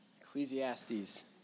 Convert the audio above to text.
Ecclesiastes